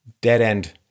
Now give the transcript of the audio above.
dead-end